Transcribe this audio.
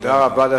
תודה רבה.